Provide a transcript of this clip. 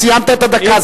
סיימת את הדקה.